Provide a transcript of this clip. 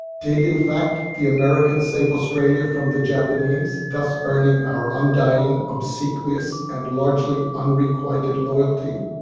did, in fact, the americans save australia from the japanese, thus earning our undying, obsequious and largely unrequited loyalty?